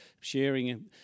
sharing